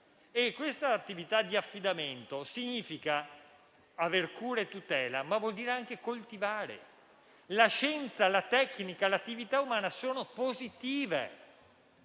è affidato il cosmo e ciò significa averne cura e tutela, ma vuol dire anche coltivarlo. La scienza, la tecnica e l'attività umana sono positive.